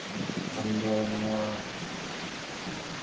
ᱟᱢᱫᱚ ᱱᱚᱣᱟ